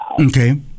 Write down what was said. Okay